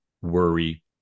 worry